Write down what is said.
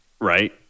right